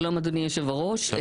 שלום, אדוני יושב הראש.